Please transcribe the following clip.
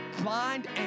blind